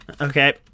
Okay